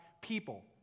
people